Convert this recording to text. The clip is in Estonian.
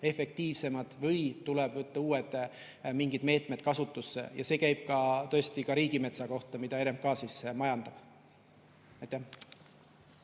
efektiivsemad või tuleb võtta mingid uued meetmed kasutusse. Ja see käib tõesti ka riigimetsa kohta, mida RMK majandab. Aitäh!